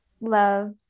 love